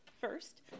First